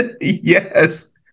yes